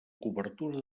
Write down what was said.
cobertura